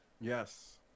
Yes